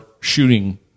shooting